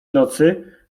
nocy